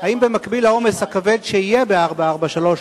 האם במקביל לעומס הכבד שיהיה ב-443,